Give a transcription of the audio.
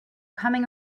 coming